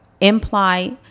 imply